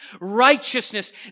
righteousness